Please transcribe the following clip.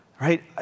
right